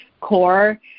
core